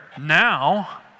now